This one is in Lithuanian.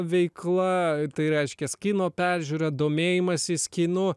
veikla tai reiškias kino peržiūra domėjimasis kinu